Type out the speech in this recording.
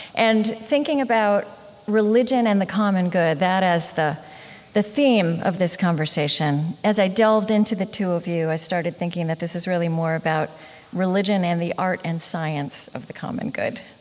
and thinking about religion and the common good, that as the the theme of this conversation, as i delved into the two of you, i started thinking that this is really more about religion and the art and science of the common good